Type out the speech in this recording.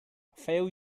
file